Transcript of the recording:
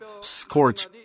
scorch